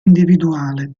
individuale